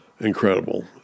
incredible